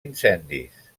incendis